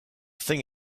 thing